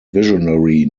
visionary